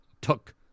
took